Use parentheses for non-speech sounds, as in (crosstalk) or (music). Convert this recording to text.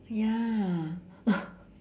ya (breath)